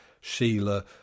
Sheila